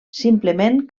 simplement